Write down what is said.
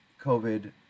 covid